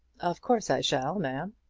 of course i shall, ma'am.